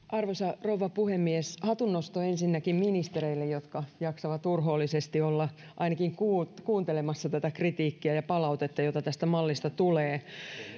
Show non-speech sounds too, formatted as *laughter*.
*unintelligible* arvoisa rouva puhemies hatunnosto ensinnäkin ministereille jotka jaksavat urhoollisesti olla ainakin kuuntelemassa tätä kritiikkiä ja palautetta jota tästä mallista tulee